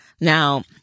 Now